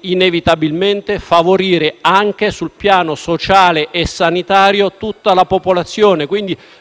inevitabilmente, favorire tutta la popolazione